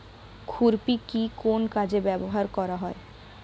খুরপি কি কোন কাজে ব্যবহার করা হয়?